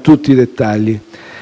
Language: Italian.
tutti i dettagli.